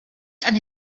eine